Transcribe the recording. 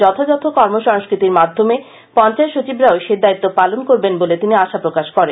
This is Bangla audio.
যথাযথ কর্মসংস্কৃতির মাধ্যমে পঞ্চায়েত সচিবরাও সেই দায়িত্ব পালন করবেন বলে তিনি আশা প্রকাশ করেন